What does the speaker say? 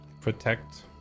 Protect